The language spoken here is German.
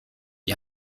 die